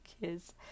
kids